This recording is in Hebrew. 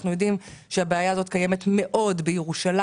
אנחנו יודעים שהבעיה הזאת קיימת מאוד בירושלים,